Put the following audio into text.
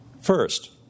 first